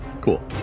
cool